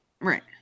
Right